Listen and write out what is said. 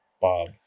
Bob